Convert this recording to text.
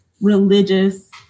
religious